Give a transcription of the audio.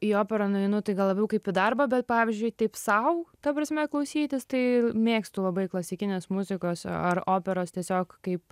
į operą nueinu tai gal labiau kaip į darbą bet pavyzdžiui taip sau ta prasme klausytis tai mėgstu labai klasikinės muzikos ar operos tiesiog kaip